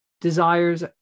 desires